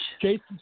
Jason